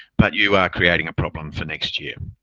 but you are creating a problem for next year.